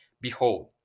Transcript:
Behold